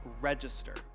register